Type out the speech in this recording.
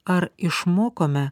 ar išmokome